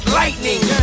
lightning